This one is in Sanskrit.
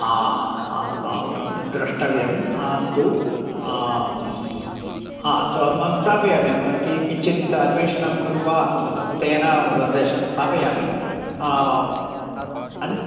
हा अहं व द्रष्टव्यम् अस्तु हा सो अहं स्थापयामि अहं किञ्चित् अन्वेषणं कृत्वा अहं संस्कृतेन सन्देशं स्थापयामि अन्